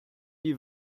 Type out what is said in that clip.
die